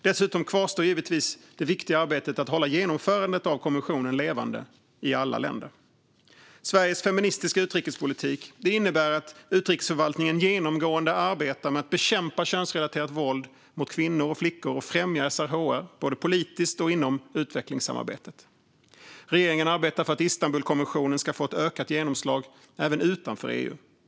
Dessutom kvarstår givetvis det viktiga arbetet med att hålla genomförandet av konventionen levande i alla länder. Sveriges feministiska utrikespolitik innebär att utrikesförvaltningen genomgående arbetar med att bekämpa könsrelaterat våld mot kvinnor och flickor och främja SRHR, både politiskt och inom utvecklingssamarbetet. Regeringen arbetar för att Istanbulkonventionen ska få ett ökat genomslag även utanför EU.